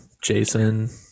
Jason